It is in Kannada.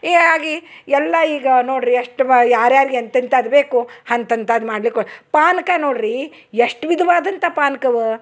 ಏ ಆಗಿ ಎಲ್ಲ ಈಗ ನೋಡ್ರಿ ಎಷ್ಟು ಮ ಯಾರು ಯಾರ್ಗ ಎಂತೆಂಥಾದ್ ಬೇಕು ಅಂತಂಥಾದ್ ಮಾಡ್ಲಿಕು ಪಾನಕ ನೋಡ್ರೀ ಎಷ್ಟು ವಿಧ್ವಾದಂಥ ಪಾನ್ಕವ